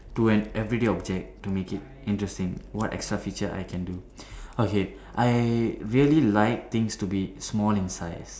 to an everyday object to make it interesting what extra feature I can do okay I really like things to be small in size